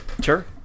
Sure